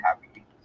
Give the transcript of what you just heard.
happy